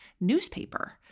newspaper